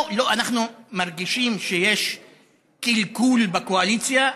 לא, אנחנו מרגישים שיש קלקול בקואליציה.